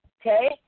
okay